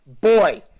boy